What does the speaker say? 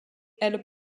elle